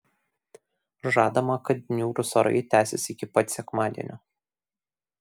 žadama kad niūrūs orai tęsis iki pat sekmadienio